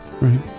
Right